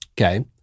okay